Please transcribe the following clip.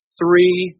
three